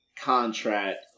contract